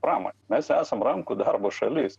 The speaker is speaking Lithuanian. pramonę mes esam rankų darbo šalis